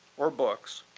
or books,